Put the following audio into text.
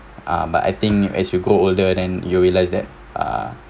ah but I think as we grow older than you realise that ah